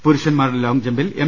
പുരുഷന്മാരുടെ ലോങ് ജമ്പിൽ എം